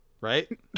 Right